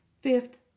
Fifth